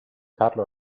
carlo